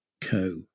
co